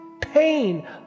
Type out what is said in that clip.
Pain